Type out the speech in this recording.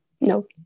No